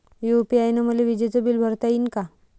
UPI न मले विजेचं बिल भरता यीन का?